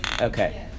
Okay